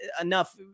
enough